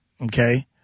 Okay